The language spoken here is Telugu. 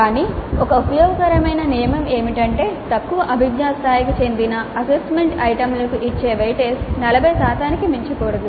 కానీ ఒక ఉపయోగకరమైన నియమం ఏమిటంటే తక్కువ అభిజ్ఞా స్థాయికి చెందిన అసెస్మెంట్ ఐటెమ్లకు ఇచ్చే వెయిటేజ్ 40 శాతానికి మించకూడదు